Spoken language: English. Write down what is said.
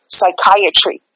psychiatry